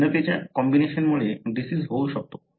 भिन्नतेच्या कॉम्बिनेशनमुळे डिसिज होऊ शकतो